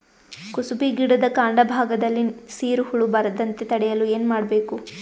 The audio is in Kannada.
ಕುಸುಬಿ ಗಿಡದ ಕಾಂಡ ಭಾಗದಲ್ಲಿ ಸೀರು ಹುಳು ಬರದಂತೆ ತಡೆಯಲು ಏನ್ ಮಾಡಬೇಕು?